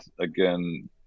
again